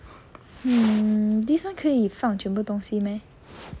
mm this [one] 可以放全部的东西 meh